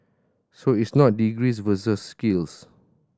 so it is not degrees versus skills